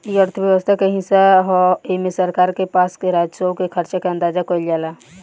इ अर्थव्यवस्था के हिस्सा ह एमे सरकार के पास के राजस्व के खर्चा के अंदाज कईल जाला